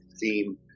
theme